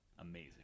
Amazing